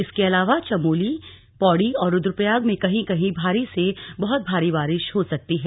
इसके अलावा चमोली पौड़ी और रुद्रप्रयाग में कहीं कहीं भारी से बहुत भारी बारिश हो सकती है